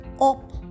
up